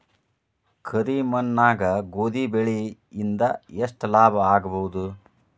ಕರಿ ಮಣ್ಣಾಗ ಗೋಧಿ ಬೆಳಿ ಇಂದ ಎಷ್ಟ ಲಾಭ ಆಗಬಹುದ?